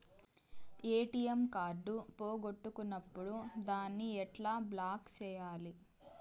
ATM card పోగొట్టుకున్నప్పుడు దాన్ని ఎట్లా బ్లాక్ సేయాలి